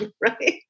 right